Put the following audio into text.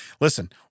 Listen